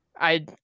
I-